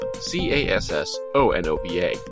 C-A-S-S-O-N-O-V-A